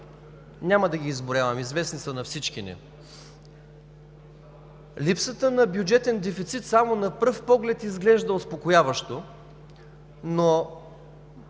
Няма да ги изброявам, известни са на всички ни. Липсата на бюджетен дефицит само на пръв поглед изглежда успокояващо, но